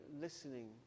listening